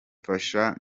mfasha